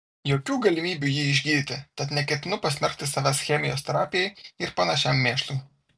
jokių galimybių jį išgydyti tad neketinu pasmerkti savęs chemijos terapijai ir panašiam mėšlui